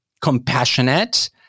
compassionate